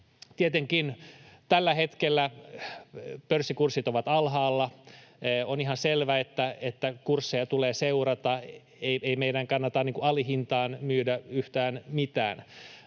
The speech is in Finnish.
Tietenkin tällä hetkellä pörssikurssit ovat alhaalla. On ihan selvä, että kursseja tulee seurata, ei meidän kannata alihintaan myydä yhtään mitään.